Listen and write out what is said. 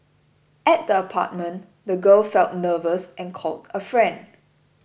at the apartment the girl felt nervous and called a friend